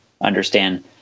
understand